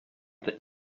the